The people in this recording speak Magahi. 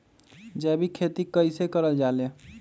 जैविक खेती कई से करल जाले?